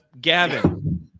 Gavin